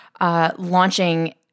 launching